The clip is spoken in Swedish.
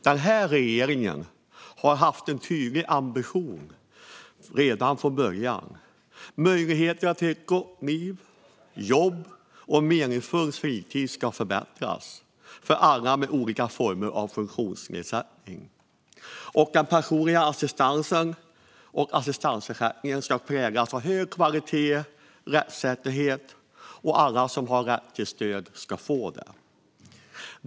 Den här regeringen har haft en tydlig ambition redan från början: Möjligheterna till ett gott liv, jobb och en meningsfull fritid ska förbättras för alla med olika former av funktionsnedsättning. Den personliga assistansen och assistansersättningen ska präglas av hög kvalitet och rättssäkerhet, och alla som har rätt till stöd ska få det.